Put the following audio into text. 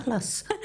חאלס.